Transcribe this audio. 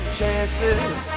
chances